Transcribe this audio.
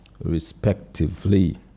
respectively